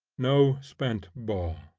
no spent ball.